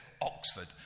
Oxford